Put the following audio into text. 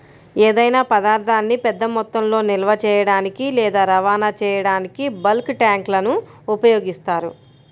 ఏదైనా పదార్థాన్ని పెద్ద మొత్తంలో నిల్వ చేయడానికి లేదా రవాణా చేయడానికి బల్క్ ట్యాంక్లను ఉపయోగిస్తారు